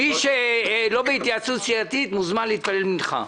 מי שלא בהתייעצות סיעתית מוזמן להתפלל מנחה.